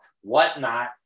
whatnot